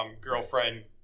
girlfriend